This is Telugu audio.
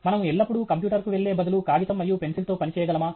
మనము ఎల్లప్పుడూ కంప్యూటర్కు వెళ్లే బదులు కాగితం మరియు పెన్సిల్తో పని చేయగలమా